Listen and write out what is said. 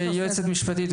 יועצת משפטית,